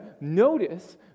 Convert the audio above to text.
notice